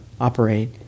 operate